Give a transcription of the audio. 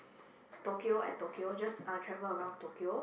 Tokyo at Tokyo just uh travel around Tokyo